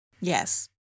Yes